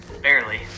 Barely